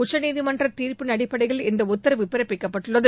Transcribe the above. உச்சநீதிமன்றத் தீர்ப்பின் அடிப்படையில் இந்த உத்தரவு பிறப்பிக்கப்பட்டுள்ளது